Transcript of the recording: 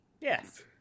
Yes